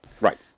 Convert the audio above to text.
Right